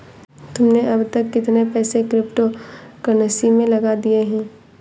तुमने अब तक कितने पैसे क्रिप्टो कर्नसी में लगा दिए हैं?